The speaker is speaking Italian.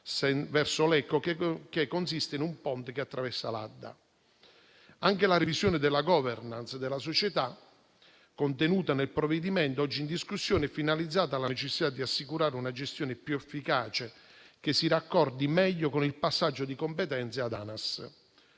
verso Lecco, che consiste in un ponte che attraversa l'Adda. Anche la revisione della *governance* della società, contenuta nel provvedimento oggi in discussione, è finalizzata alla necessità di assicurare una gestione più efficace che si raccordi meglio con il passaggio di competenze ad ANAS,